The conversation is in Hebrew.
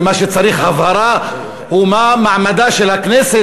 ומה שצריך הבהרה הוא מה מעמדה של הכנסת